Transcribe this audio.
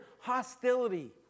hostility